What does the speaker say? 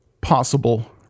possible